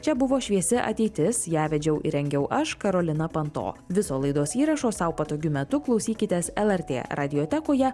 čia buvo šviesi ateitis ją vedžiau ir rengiau aš karolina panto viso laidos įrašo sau patogiu metu klausykitės lrt radijotekoje